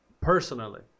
personally